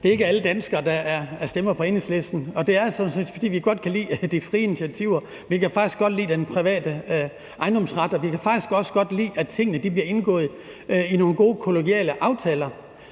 at det ikke er alle danskere, der stemmer på Enhedslisten, og det er altså, fordi vi godt kan lidt de frie initiativer. Vi kan faktisk godt lide den private ejendomsret, og vi kan også godt lide, at tingene bliver indgået i nogle gode kollegiale aftaler,